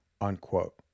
unquote